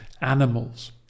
animals